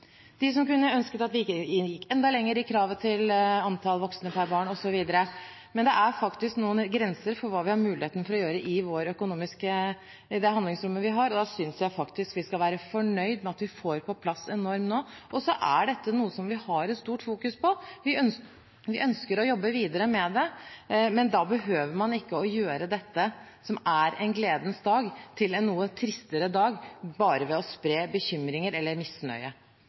som skulle ønske at vi kunne gått enda lenger i kravet til antall voksne per barn osv. Men det er faktisk noen grenser for hva vi har muligheten til å gjøre i det økonomiske handlingsrommet vi har, og da synes jeg faktisk vi skal være fornøyd med at vi får på plass en norm nå. Og så er dette noe som vi fokuserer på. Vi ønsker å jobbe videre med det, men da behøver man ikke å gjøre dette som er en gledens dag, om til en noe tristere dag ved å spre bekymringer eller misnøye.